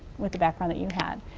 with the background that you had.